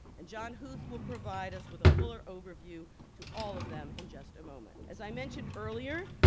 and john huth will provide us with a fuller overview to all of them in just a moment. as i mentioned earlier,